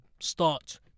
start